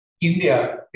India